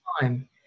time